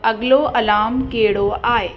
अगलो अलाम कहिड़ो आहे